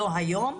לא היום,